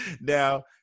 Now